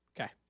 Okay